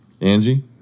Angie